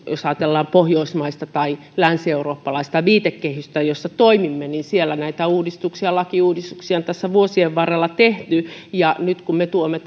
jos ajatellaan pohjoismaista tai länsieurooppalaista viitekehystä jossa toimimme niin siellä näitä lakiuudistuksia on tässä vuosien varrella tehty ja nyt kun me tuomme